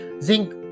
Zinc